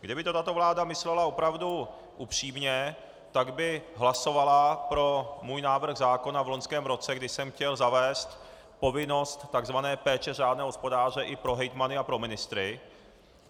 Kdyby to tato vláda myslela opravdu upřímně, tak by hlasovala pro můj návrh zákona v loňském roce, kdy jsem chtěl zavést povinnost takzvané péče řádného hospodáře i pro hejtmany a pro ministry,